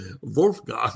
Wolfgang